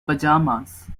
pyjamas